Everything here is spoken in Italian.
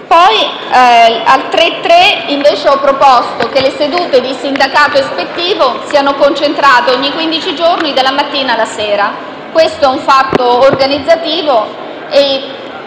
3.3 ho proposto che le sedute di sindacato ispettivo siano concentrate ogni 15 giorni dalla mattina alla sera: è un fatto organizzativo che